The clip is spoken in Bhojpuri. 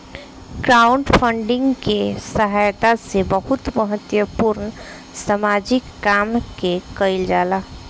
क्राउडफंडिंग के सहायता से बहुत महत्वपूर्ण सामाजिक काम के कईल जाला